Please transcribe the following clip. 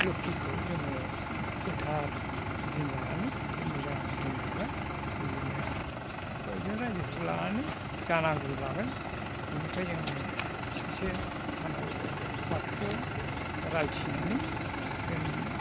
लोखिखौ जोङो गोथार दिन लानानै बिदि मोजां दिन लाबाय बिदिनो खय एख जन रायजोफोरखौ लानानै जानागुरु लाबाय बिनिफ्राय जोङो एसे आफानाव बाथौआव रायथिनानै जों